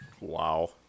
Wow